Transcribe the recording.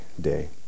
day